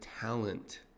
talent